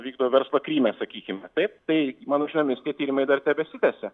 vykdo verslą kryme sakykime taip tai mano žiniomis tie tyrimai dar tebesitęsia